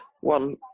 one